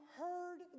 heard